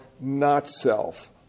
not-self